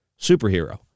superhero